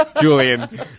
Julian